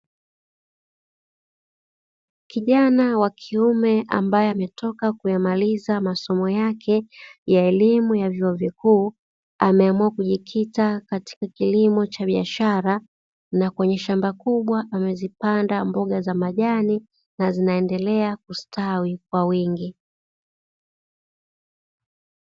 Kijana wa kiume ambae ametoka kuyamemaliza masomo yake ya elimu ya vyuo vikuu. Ameamua kujikita katika kilimo cha biashara, na kwenye shamba kubwa amezipanda mboga za majani na zinaendelea kustawi kwa wingi.